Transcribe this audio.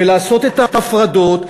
ולעשות את ההפרדות,